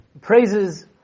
praises